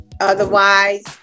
otherwise